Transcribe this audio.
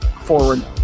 forward